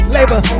Labor